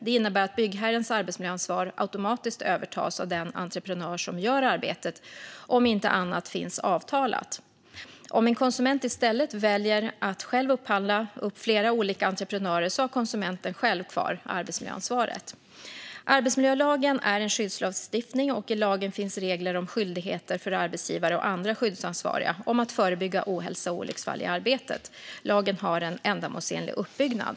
Det innebär att byggherrens arbetsmiljöansvar automatiskt övertas av den entreprenör som gör arbetet, om inte annat finns avtalat. Om en konsument i stället väljer att själv upphandla flera olika entreprenörer har konsumenten själv kvar arbetsmiljöansvaret. Arbetsmiljölagen är en skyddslagstiftning, och i lagen finns regler om skyldigheter för arbetsgivare och andra skyddsansvariga om att förebygga ohälsa och olycksfall i arbetet. Lagen har en ändamålsenlig uppbyggnad.